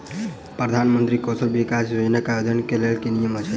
प्रधानमंत्री कौशल विकास योजना केँ आवेदन केँ लेल की नियम अछि?